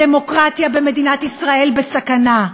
הדמוקרטיה במדינת ישראל בסכנה,